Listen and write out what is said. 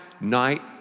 night